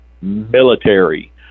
military